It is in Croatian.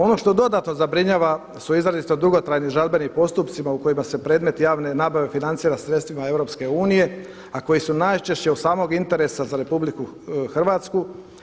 Ono što dodatno zabrinjava su izrazito dugotrajni žalbeni postupci u kojima se predmet javne nabave financira sredstvima Europske unije, a koji su najčešće od samog interesa za Republiku Hrvatsku.